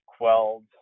quelled